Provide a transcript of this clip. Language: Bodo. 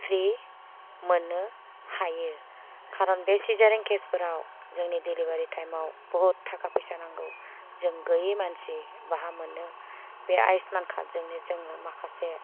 फ्रि मोननो हायो खारन बे सिजारिं केसफोराव जोंनि दिलिभारि टाइमाव बुहुत थाखा फैसा नांगौ जों गैयै मानसि बाहा मोननो बे आयुसमान कार्दजोंनो जोङो माखासे